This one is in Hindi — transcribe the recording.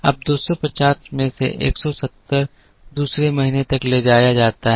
अब 250 में से 170 दूसरे महीने तक ले जाया जाता है